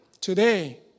today